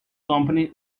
company